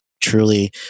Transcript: truly